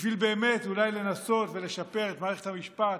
בשביל באמת אולי לנסות ולשפר את מערכת המשפט,